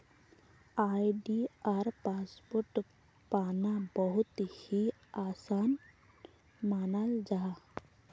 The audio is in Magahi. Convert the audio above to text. आई.डी.आर पासवर्ड पाना बहुत ही आसान मानाल जाहा